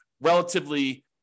relatively